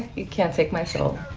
you can't take my soul.